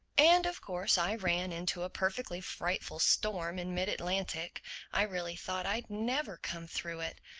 and of course i ran into a perfectly frightful storm in mid-atlantic. i really thought i'd never come through it.